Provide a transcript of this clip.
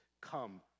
come